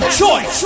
choice